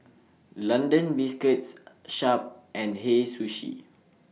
London Biscuits Sharp and Hei Sushi